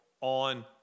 on